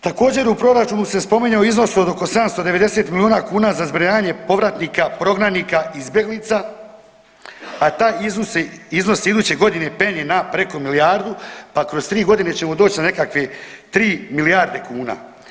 Također u proračunu se spominje iznos od 790 milijuna kuna za zbrinjavanje povratnika prognanika, izbjeglica a taj iznos se iduće godine penje na preko milijardu, pa preko 3 godine ćemo doći na nekakvih 3 milijarde kuna.